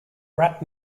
rap